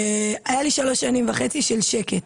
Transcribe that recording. היה לי שלוש שנים וחצי של שקט.